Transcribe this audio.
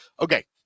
Okay